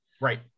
right